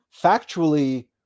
factually